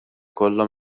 kollha